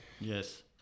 Yes